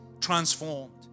transformed